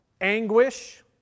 Anguish